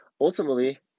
ultimately